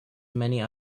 many